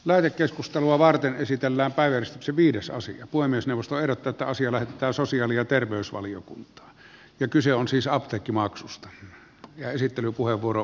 läänikeskustelua varten esitellään päivän viidesosa puhemiesneuvosto ehdottaa että asia lähetetään sosiaali ja terveysvaliokunta on jo kyse on siis apteekkimaksusta ja terveysvaliokuntaan